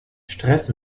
stress